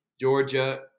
Georgia